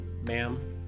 Ma'am